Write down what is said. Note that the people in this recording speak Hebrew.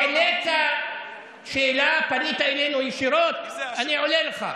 העלית שאלה, פנית אלינו ישירות, אני עונה לך.